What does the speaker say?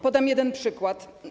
Podam jeden przykład.